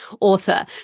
author